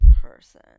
person